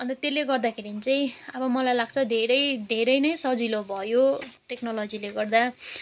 अन्त त्यसले गर्दाखेरि चाहिँ अब मलाई लाग्छ धेरै धेरै नै सजिलो भयो टेक्नोलोजीले गर्दा